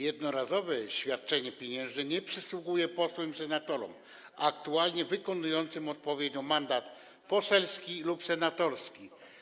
Jednorazowe świadczenie pieniężne nie przysługuje posłom i senatorom aktualnie wykonującym odpowiednio mandat poselski lub senatorski.